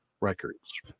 records